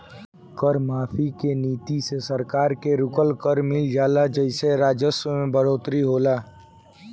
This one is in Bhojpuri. कर माफी के नीति से सरकार के रुकल कर मिल जाला जेइसे राजस्व में बढ़ोतरी होला